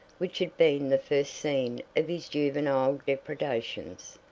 which had been the first scene of his juvenile depredations.